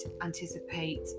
anticipate